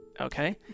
Okay